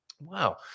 Wow